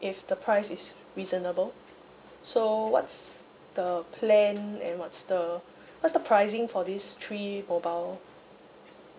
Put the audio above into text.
if the price is reasonable so what's the plan and what's the what's the pricing for these three mobile